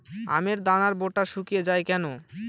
আমের দানার বোঁটা শুকিয়ে য়ায় কেন?